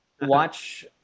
watch